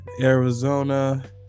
Arizona